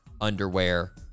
underwear